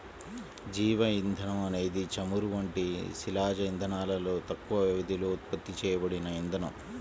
జీవ ఇంధనం అనేది చమురు వంటి శిలాజ ఇంధనాలలో తక్కువ వ్యవధిలో ఉత్పత్తి చేయబడిన ఇంధనం